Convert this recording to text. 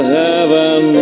heaven